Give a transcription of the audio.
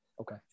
Okay